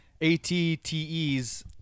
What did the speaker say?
ATTEs